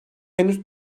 henüz